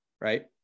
right